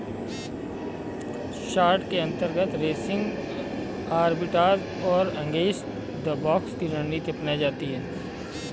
short के अंतर्गत racing arbitrage और अगेंस्ट द बॉक्स की रणनीति अपनाई जाती है